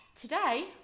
Today